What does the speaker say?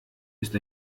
ist